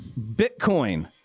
Bitcoin